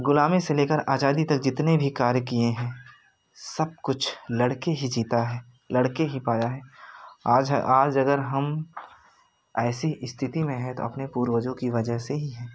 गुलामी से लेकर आजादी तक जितने भी कार्य किए हैं सब कुछ लड़के ही जीता है लड़के ही पाया है आज अगर हम ऐसी स्थिति में है तो अपने पूर्वजों की वजह से ही हैं